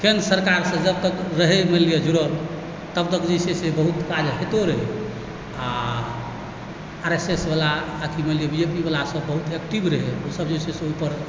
केन्द्र सरकारसँ जब तक रहै मानि लिअ जुड़ल तब तक जे छै से बहुत काज होइतो रहै आओर आरएसएसवला आओर कि मानि लिअ बीजेपीवला सब बहुत एक्टिव रहै ई सब जे छै से ओहिपर